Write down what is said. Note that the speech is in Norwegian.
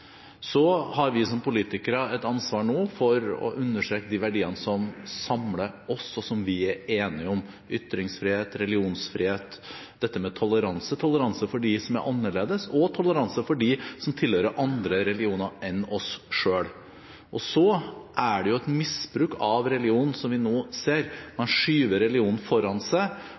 har som politikere et ansvar nå for å understreke de verdiene som samler oss, og som vi er enige om – ytringsfrihet, religionsfrihet, dette med toleranse, toleranse for dem som er annerledes, og toleranse for dem som tilhører andre religioner enn vi selv. Det er et misbruk av religion vi nå ser.